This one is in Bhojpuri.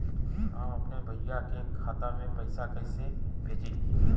हम अपने भईया के खाता में पैसा कईसे भेजी?